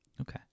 Okay